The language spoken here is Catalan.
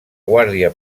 guàrdia